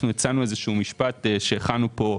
אנחנו הצענו איזה שהוא משפט, שהכנו פה,